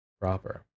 proper